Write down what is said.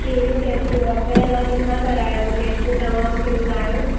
केरियूं टेस्टियूं डॉक्टर ऐं मां कितां करायां उहे टेस्ट तवां मूंखे ॿुधायो